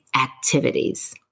activities